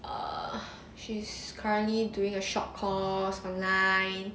err she's currently doing a short course online